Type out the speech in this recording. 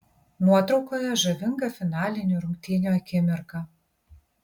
nuotraukoje žavinga finalinių rungtynių akimirka